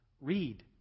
Read